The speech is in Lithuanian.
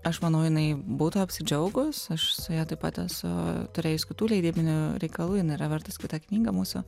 aš manau jinai būtų apsidžiaugus aš su ja taip pat esu turėjus kitų leidybinių reikalų jinai yra vertus kitą knygą mūsų